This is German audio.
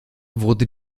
wurde